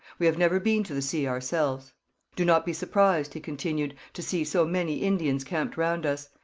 we have never been to the sea ourselves do not be surprised he continued, to see so many indians camped round us.